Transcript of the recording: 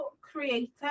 creator